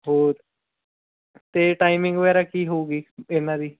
ਹੋਰ ਅਤੇ ਟਾਈਮਿੰਗ ਵਗੈਰਾ ਕੀ ਹੋਵੇਗੀ ਇਹਨਾਂ ਦੀ